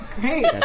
Great